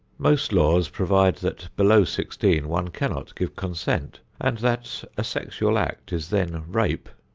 most laws provide that below sixteen one cannot give consent and that a sexual act is then rape.